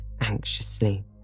anxiously